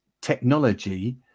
technology